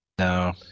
No